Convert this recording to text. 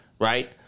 right